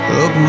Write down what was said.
up